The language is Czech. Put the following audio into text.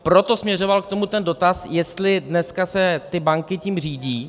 Proto směřoval k tomu ten dotaz, jestli se dneska ty banky tím řídí.